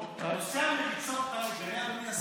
את נושא המריצות אתה תגנה,